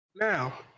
Now